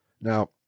now